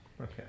okay